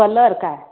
colour का